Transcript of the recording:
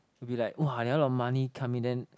will be like !wah! like a lot of money come in then